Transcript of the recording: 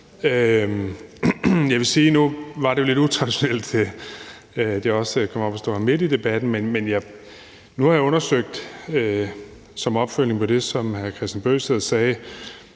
Jeg vil sige, at det var lidt utraditionelt, at jeg også kom herop at stå midt i debatten, men nu har jeg som opfølgning på det, som hr. Kristian Bøgsted sagde,